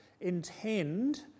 intend